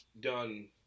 done